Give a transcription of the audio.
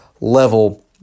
level